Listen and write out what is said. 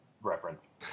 reference